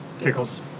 Pickles